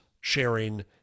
sharing